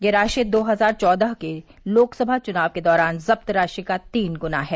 यह राशि दो हजार चौदह के लोकसभा चुनाव के दौरान जब्त राशि का तीन गुना है